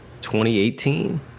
2018